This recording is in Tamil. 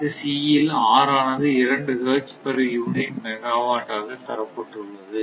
கணக்கு C இல் R ஆனது 2 ஹெர்ட்ஸ் பெர் யூனிட் மெகாவாட் ஆக தரப்பட்டுள்ளது